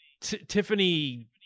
Tiffany